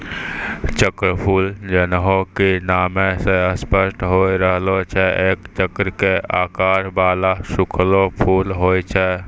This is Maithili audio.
चक्रफूल जैन्हों कि नामै स स्पष्ट होय रहलो छै एक चक्र के आकार वाला सूखलो फूल होय छै